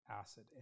acid